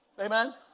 Amen